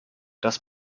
das